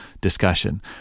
discussion